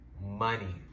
money